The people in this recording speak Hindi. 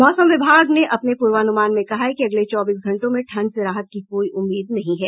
मौसम विभाग ने अपने पूर्वानुमान में कहा है कि अगले चौबीस घंटों में ठंड से राहत की कोई उम्मीद नहीं है